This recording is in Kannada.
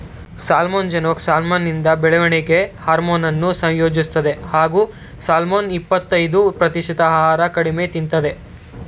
ಸಾಲ್ಮನ್ ಚಿನೂಕ್ ಸಾಲ್ಮನಿಂದ ಬೆಳವಣಿಗೆ ಹಾರ್ಮೋನನ್ನು ಸಂಯೋಜಿಸ್ತದೆ ಹಾಗೂ ಸಾಲ್ಮನ್ನ ಇಪ್ಪತಯ್ದು ಪ್ರತಿಶತ ಆಹಾರ ಕಡಿಮೆ ತಿಂತದೆ